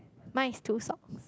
mine is too soft